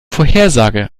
vorhersage